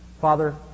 Father